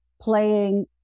playing